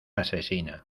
asesina